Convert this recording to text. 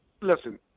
listen